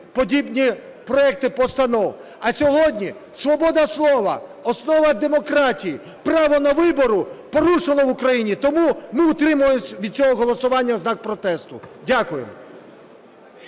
подібні проекти постанов. А сьогодні свобода слова – основа демократії, право на вибори порушені в Україні, тому ми утримуємося від цього голосування на знак протесту. Дякую.